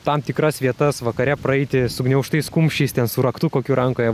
tam tikras vietas vakare praeiti sugniaužtais kumščiais ten su raktu kokiu rankoje